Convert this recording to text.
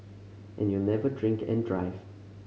and you'll never drink and drive